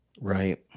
Right